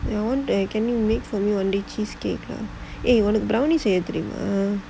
can make only cheesecake eh !hey! உனக்கு:unakku brownie செய்ய தெரியுமா:seiya theriyumaa